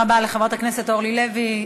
תודה רבה לחברת הכנסת אורלי לוי.